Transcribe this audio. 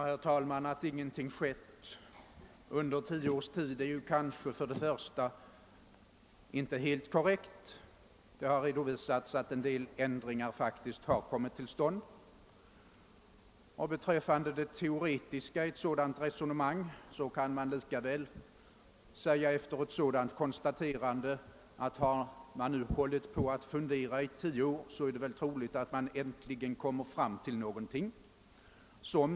Herr talman! Att ingenting skett i fråga om riksbankskontorens organisation under tio års tid är först och främst inte helt korrekt. Det har redovisats att en del ändringar har kommit till stånd. Beträffande den teoretiska delen av resonemanget kan vidare sägas att det är troligt att man äntligen skall komma till något resultat just därför att man så länge som i tio år har funderat på denna fråga.